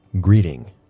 greeting